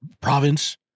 province